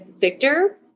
Victor